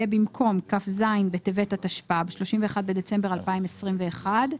יהיה במקום "כ"ז בטבת התשפ"ב (31 בדצמבר 2021)"